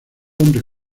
hombres